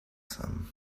some